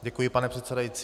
Děkuji, pane předsedající.